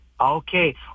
Okay